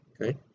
okay